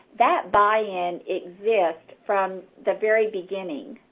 that buy-in exists from the very beginning.